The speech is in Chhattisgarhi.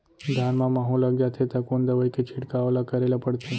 धान म माहो लग जाथे त कोन दवई के छिड़काव ल करे ल पड़थे?